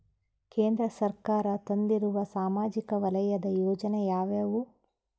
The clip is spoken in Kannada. ಕೇಂದ್ರ ಸರ್ಕಾರ ತಂದಿರುವ ಸಾಮಾಜಿಕ ವಲಯದ ಯೋಜನೆ ಯಾವ್ಯಾವು?